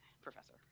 professor